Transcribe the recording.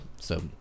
So-